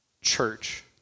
church